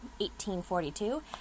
1842